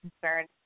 concerned